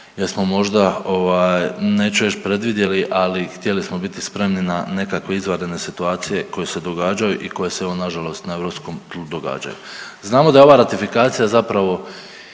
jer smo možda ovaj neću reć predvidjeli, ali htjeli smo biti spremni na nekakve izvanredne situacije koje se događaju i koje se evo nažalost na europskom tlu događaju. Znamo da ova ratifikacija zapravo